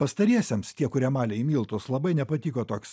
pastariesiems tie kurie malė į miltus labai nepatiko toks